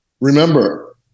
remember